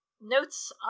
notes